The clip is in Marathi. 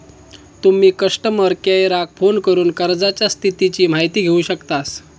तुम्ही कस्टमर केयराक फोन करून कर्जाच्या स्थितीची माहिती घेउ शकतास